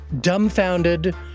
dumbfounded